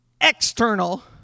external